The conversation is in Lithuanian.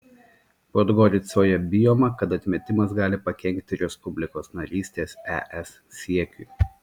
podgoricoje bijoma kad atmetimas gali pakenkti respublikos narystės es siekiui